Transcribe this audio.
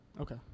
Okay